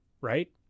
right